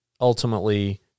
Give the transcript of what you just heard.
ultimately